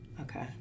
Okay